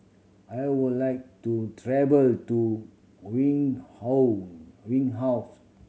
I would like to travel to Windhoek